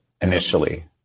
initially